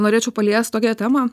norėčiau paliest tokią temą